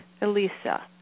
Elisa